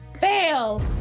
Fail